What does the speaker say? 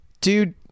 dude